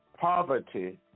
poverty